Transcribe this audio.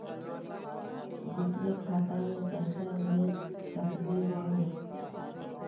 दुसरे खाता मैं पैसा भेज सकलीवह?